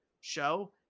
show